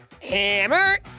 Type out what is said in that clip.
Hammer